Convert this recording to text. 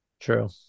True